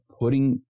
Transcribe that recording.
putting